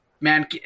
Man